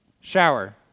Shower